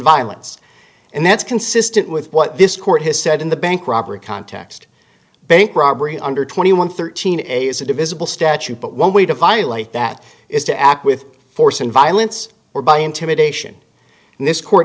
violence and that's consistent with what this court has said in the bank robbery context bank robbery under twenty one thirteen a is a divisible statute but one way to violate that is to act with force and violence or by intimidation and this court